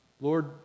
Lord